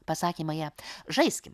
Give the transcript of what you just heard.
pasakė maja žaiskim